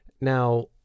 Now